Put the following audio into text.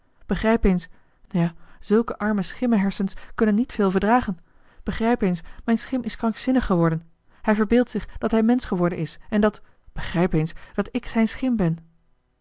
begrijp eens ja zulke arme schimmehersens kunnen niet veel verdragen begrijp eens mijn schim is krankzinnig geworden hij verbeeldt zich dat hij mensch geworden is en dat begrijp eens dat ik zijn schim ben